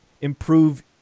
improve